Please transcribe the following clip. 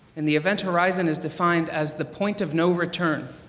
and the event horizon is defined as the point of no return.